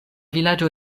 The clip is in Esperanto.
vilaĝo